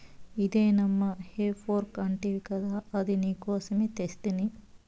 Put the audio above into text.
ఇదే నమ్మా హే ఫోర్క్ అంటివి గదా అది నీకోసమే తెస్తిని